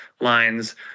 lines